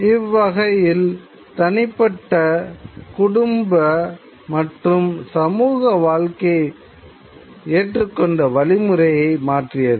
அவ்வகையில் தனிப்பட்ட குடும்ப மற்றும் சமூக வாழ்க்கை ஏற்றுக்கொண்ட வழிமுறையை மாற்றியது